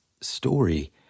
story